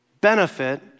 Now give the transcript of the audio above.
benefit